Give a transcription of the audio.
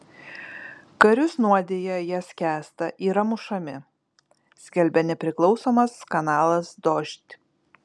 karius nuodija jie skęsta yra mušami skelbia nepriklausomas kanalas dožd